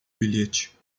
bilhete